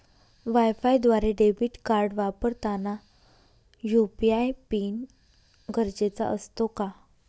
वायफायद्वारे debit card वापरताना UPI PIN गरजेचा असतो का?